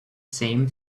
same